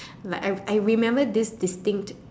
like I I remember this distinct